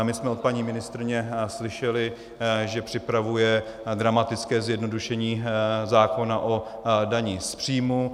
My jsme od paní ministryně slyšeli, že připravuje dramatické zjednodušení zákona o dani z příjmu.